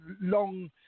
long